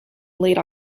late